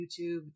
YouTube